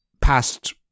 past